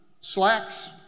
slacks